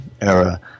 era